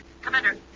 Commander